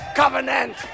covenant